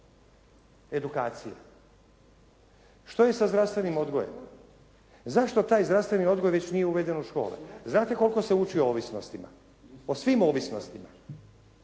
edukacije. Što je sa zdravstvenim odgojem? Zašto taj zdravstveni odgoj već nije uveden u škole? Znate koliko se uči o ovisnostima? O svim ovisnostima.